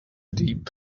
deep